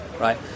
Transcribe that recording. right